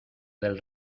del